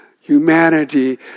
humanity